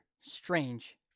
Strange